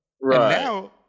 Right